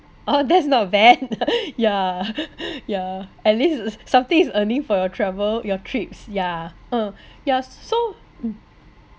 orh there's not bad yeah yeah at least s~ s~ something earning for your travel your trips yeah uh yeah so mm